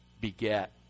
beget